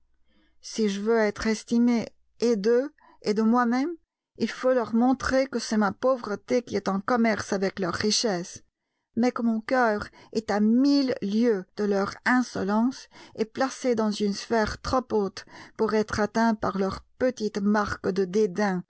si je veux être estimé et d'eux et de moi-même il faut leur montrer que c'est ma pauvreté qui est en commerce avec leur richesse mais que mon coeur est à mille lieues de leur insolence et placé dans une sphère trop haute pour être atteint par leurs petites marques de dédain